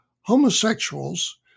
homosexuals